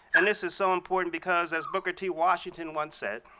and this is so important because as booker t. washington once said,